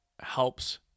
helps